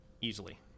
easily